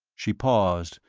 she paused,